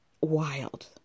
Wild